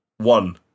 One